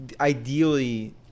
ideally